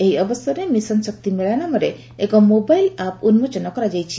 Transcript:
ଏହି ଅବସରରେ ମିଶନ୍ ଶକ୍ତି ମେଳା ନାମରେ ଏକ ମୋବାଇଲ୍ ଆପ୍ ଉନ୍କୋଚନ କରାଯାଇଛି